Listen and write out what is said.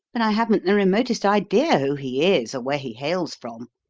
but i haven't the remotest idea who he is or where he hails from.